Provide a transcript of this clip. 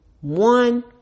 one